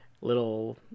little